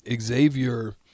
Xavier